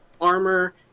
armor